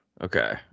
Okay